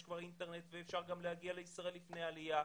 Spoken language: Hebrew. יש אינטרנט ואפשר גם להגיע לישראל לפני העלייה,